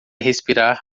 respirar